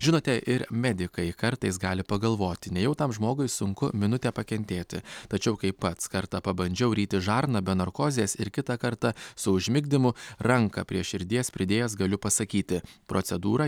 žinote ir medikai kartais gali pagalvoti nejau tam žmogui sunku minutę pakentėti tačiau kai pats kartą pabandžiau ryti žarną be narkozės ir kitą kartą su užmigdymu ranką prie širdies pridėjęs galiu pasakyti procedūrą